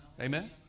Amen